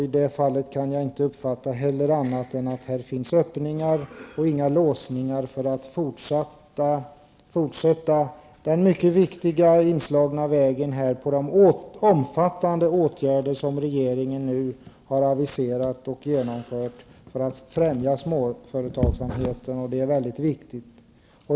I det fallet kan jag inte uppfatta annat än att det inte finns några låsningar när det gäller att fortsätta på den inslagna vägen, med de omfattande åtgärder som regeringen har aviserat och genomfört för att främja småföretagsamheten. Det är viktigt.